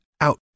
out